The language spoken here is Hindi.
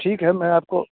ठीक है मैं आपको